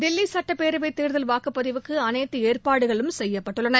தில்லி சுட்டப்பேரவை தேர்தல் வாக்குப்பதிவுக்கு அனைத்து ஏற்பாடுகளும் செய்யப்பட்டுள்ளன